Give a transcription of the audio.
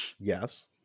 Yes